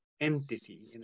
entity